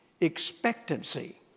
expectancy